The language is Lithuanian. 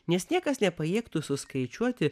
nes niekas nepajėgtų suskaičiuoti